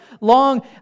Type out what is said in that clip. long